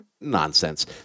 nonsense